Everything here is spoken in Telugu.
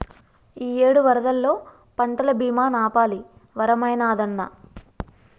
ఇయ్యేడు వరదల్లో పంటల బీమా నాపాలి వరమైనాదన్నా